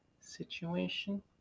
situation